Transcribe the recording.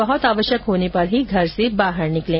बहुत आवश्यक होने पर ही घर से बाहर निकलें